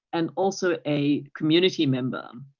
and also a community member.